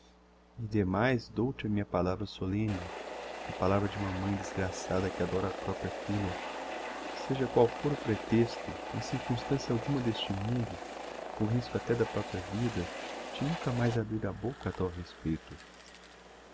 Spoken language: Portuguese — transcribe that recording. e demais dou te a minha palavra solemne a palavra de uma mãe desgraçada que adora a propria filha seja qual for o pretexto em circumstancia alguma d'este mundo com risco até da propria vida de nunca mais abrir a bocca a tal respeito